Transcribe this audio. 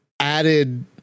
added